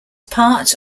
part